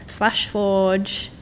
Flashforge